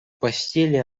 постели